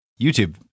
YouTube